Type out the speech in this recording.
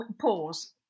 Pause